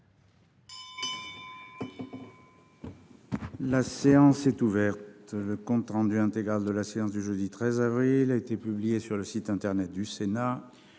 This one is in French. La séance est ouverte. Le compte rendu intégral de la séance du jeudi 13 avril 2023 a été publié sur le site internet du sénat.